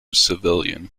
civilian